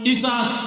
Isaac